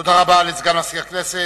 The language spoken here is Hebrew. תודה רבה לסגן מזכיר הכנסת.